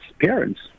parents